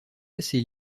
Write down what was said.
assez